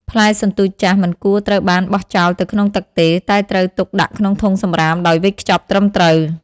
ផ្លែសន្ទូចចាស់ មិនគួរត្រូវបានបោះចោលទៅក្នុងទឹកទេ តែត្រូវទុកដាក់ក្នុងធុងសំរាមដោយវេចខ្ចប់ត្រឹមត្រូវ។